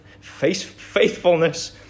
faithfulness